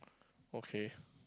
okay